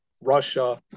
Russia